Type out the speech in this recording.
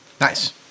Nice